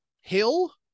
hill